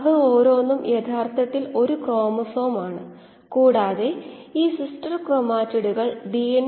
അത്തരം സാഹചര്യങ്ങളിൽ നമ്മൾക്ക് ഫലപ്രദമായി പ്രവർത്തിക്കാൻ കഴിയില്ല നിങ്ങൾക്കറിയാമോ